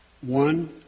One